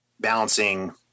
balancing